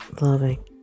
loving